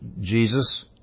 Jesus